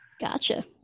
gotcha